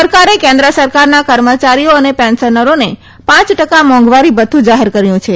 સરકારે કેન્દ્ર સરકારના કર્મચારીઓ અને પેન્શનરોને પાંચ ટકા મોંઘવારી ભથ્થુ જાહેર કર્યું છે